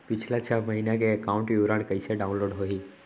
पिछला छः महीना के एकाउंट विवरण कइसे डाऊनलोड होही?